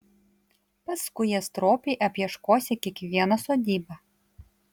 paskui jie stropiai apieškosią kiekvieną sodybą